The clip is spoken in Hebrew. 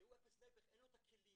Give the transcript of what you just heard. כשאין לו את הכלים